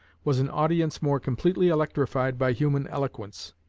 was an audience more completely electrified by human eloquence.